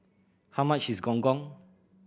how much is Gong Gong